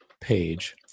page